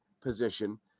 position